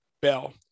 bell